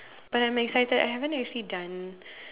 but I'm excited I haven't actually done